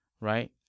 Right